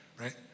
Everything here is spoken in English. Right